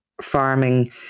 farming